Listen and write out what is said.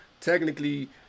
technically